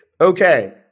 Okay